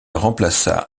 remplaça